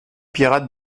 pirate